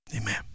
Amen